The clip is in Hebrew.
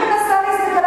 של השירות,